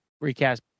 recast